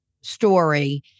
story